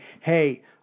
Hey